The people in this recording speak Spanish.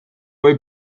voy